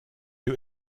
you